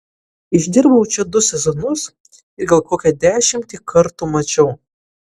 išdirbau čia du sezonus ir gal kokią dešimtį kartų mačiau